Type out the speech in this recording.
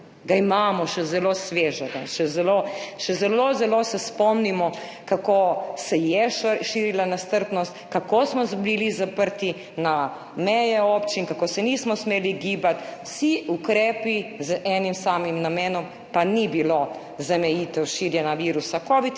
leti, še zelo svež, še zelo se spomnimo, kako se je širila nestrpnost, kako smo bili zaprti na meje občin, kako se nismo smeli gibati, vsi ukrepi z enim samim namenom, pa ni bilo za omejitev širjenja virusa covid,